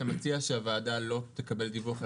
אתה מציע שהוועדה לא תקבל דיווח,